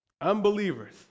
Unbelievers